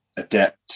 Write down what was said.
adapt